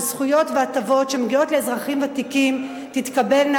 שזכויות והטבות שמגיעות לאזרחים ותיקים תתקבלנה,